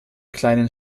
kleinen